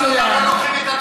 מצוין.